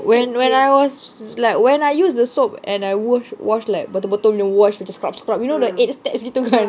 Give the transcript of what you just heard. when when I was like when I use the soap and I wash wash like betul-betul punya wash like scrub scrub you know the eight step gitu kan